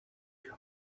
you